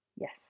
yes